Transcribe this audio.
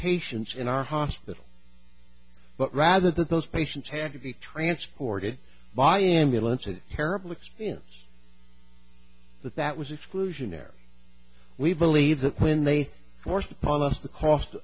patients in our hospital but rather that those patients had to be transported by ambulance a terrible experience that that was exclusionary we believe that when they forced on us the cost